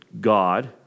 God